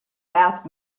bath